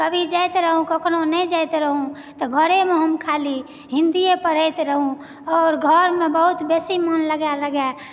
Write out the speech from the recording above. कभी जाइत रहहुँ कखनहुँ नहि जाइत रहहुँ तऽ घरमे हम खाली हिंदीए पढ़ैत रहहुँ आओर घरमे बहुत बेसी मोन लगा लगा